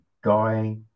Guy